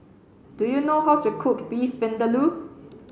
do you know how to cook Beef Vindaloo